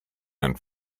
and